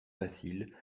facile